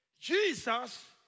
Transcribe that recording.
Jesus